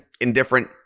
indifferent